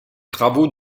travaux